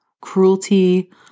cruelty